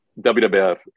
WWF